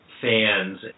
fans